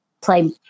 play